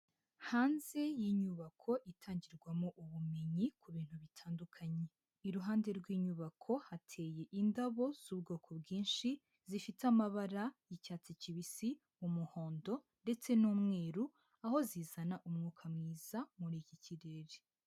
Hanze y'inyubako itangirwamo ubumenyi ku bintu bitandukanye, iruhande rw'inyubako hateye indabo z'ubwoko bwinshi zifite amabara y'icyatsi kibisi, umuhondo ndetse n'umweru, aho zizana umwuka mwiza muri iki kirere.